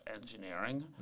engineering